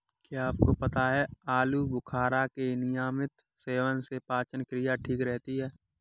क्या आपको पता है आलूबुखारा के नियमित सेवन से पाचन क्रिया ठीक रहती है?